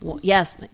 Yes